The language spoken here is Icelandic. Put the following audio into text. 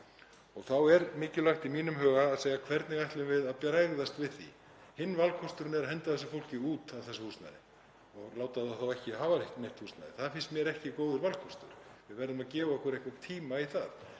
Þá er mikilvægt í mínum huga að segja: Hvernig ætlum við að bregðast við því? Hinn valkosturinn er að henda fólkinu út úr þessu húsnæði og láta það þá ekki hafa neitt húsnæði. Það finnst mér ekki góður valkostur. Við verðum að gefa okkur einhvern tíma í það.